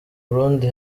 burundi